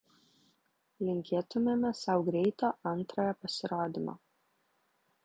linkėtumėme sau greito antrojo pasirodymo